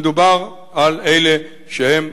מדובר על אלה שהם,